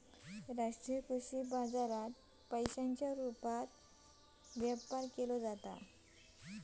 राष्ट्रीय कृषी बाजारात पैशांच्या रुपात व्यापार होता